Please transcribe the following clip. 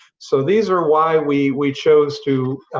so these are why we we chose to